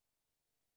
הבין,